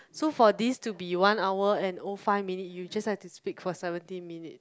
so for this to be one hour and O five minute you just have to speak for seventeen minute